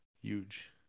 huge